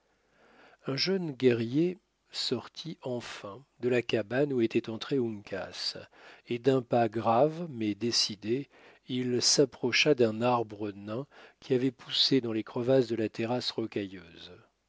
un jeune guerrier sortit enfin de la cabane où était entré uncas et d'un pas grave mais décidé il s'approcha d'un arbre nain qui avait poussé dans les crevasses de la terrasse rocailleuse